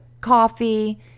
coffee